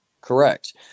Correct